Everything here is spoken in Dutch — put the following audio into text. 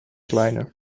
kleiner